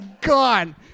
gone